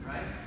Right